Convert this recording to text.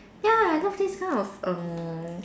ya I love this kind of um